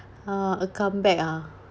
uh a comeback ah